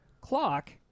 clock